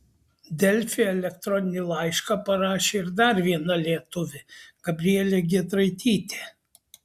delfi elektroninį laišką parašė ir dar viena lietuvė gabrielė giedraitytė